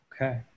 Okay